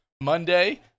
Monday